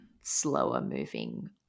slower-moving